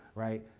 right?